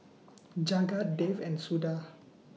Jagat Dev and Suda